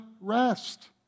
rest